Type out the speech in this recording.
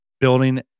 building